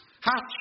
hatch